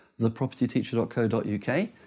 thepropertyteacher.co.uk